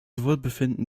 wohlbefinden